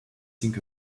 think